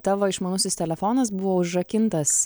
tavo išmanusis telefonas buvo užrakintas